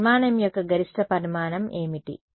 ఆ నిర్మాణం యొక్క గరిష్ట పరిమాణం ఏమిటి